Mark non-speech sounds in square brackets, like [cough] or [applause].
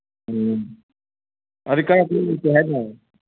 ꯎꯝ [unintelligible]